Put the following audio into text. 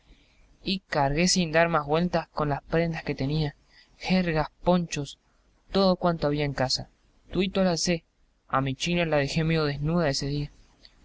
y cargué sin dar mas güeltas con las prendas que tenía jergas ponchos todo cuanto había en casa tuito lo alcé a mi china la dejé medio desnuda ese día